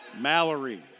Mallory